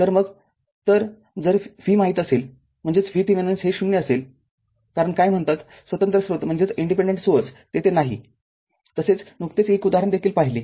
तर जर V माहित असेल म्हणजेच VThevenin हे ० असेल कारण काय कॉल स्वतंत्र स्रोत तेथे नाही तसेच नुकतेच एक उदाहरण देखील पाहिले आहे